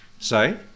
Say